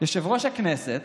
יושב-ראש הכנסת